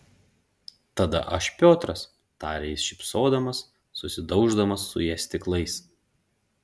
tada aš piotras tarė jis šypsodamas susidauždamas su ja stiklais